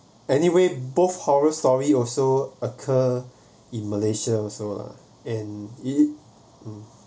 anyway both horror story also occur in malaysia also lah and it it um